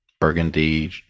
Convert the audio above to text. Burgundy